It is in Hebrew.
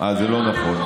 זה לא נכון.